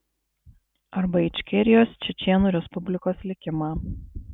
arba ičkerijos čečėnų respublikos likimą